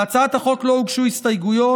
להצעת החוק לא הוגשו הסתייגויות,